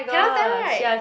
cannot tell [right]